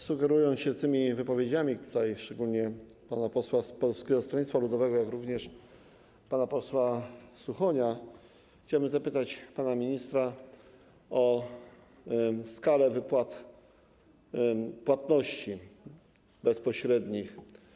Sugerując się tymi wypowiedziami, szczególnie pana posła z Polskiego Stronnictwa Ludowego, jak również pana posła Suchonia, chciałbym zapytać pana ministra o skalę wypłat płatności bezpośrednich.